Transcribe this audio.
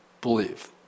believe